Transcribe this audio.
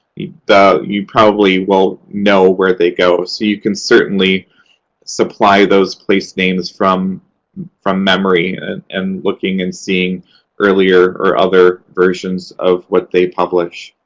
you probably will know where they go. so you can certainly supply those place names from from memory and looking and seeing earlier or other versions of what they publish.